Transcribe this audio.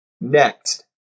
next